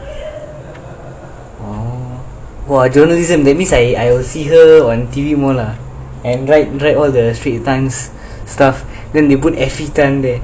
!wah! journalism that means I I'll see her on T_V more lah and write write all the straits times' stuff then they put every time there